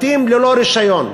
בתים ללא רישיון,